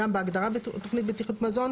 גם בהגדרה תוכנית בטיחות מזון,